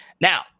Now